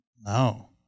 No